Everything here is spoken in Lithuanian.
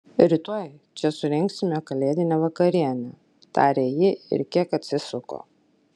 rytoj čia surengsime kalėdinę vakarienę tarė ji ir kiek atsisuko